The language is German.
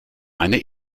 eine